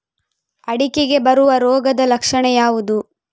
ಅಡಿಕೆಗೆ ಬರುವ ರೋಗದ ಲಕ್ಷಣ ಯಾವುದು?